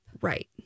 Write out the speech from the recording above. Right